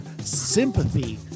Sympathy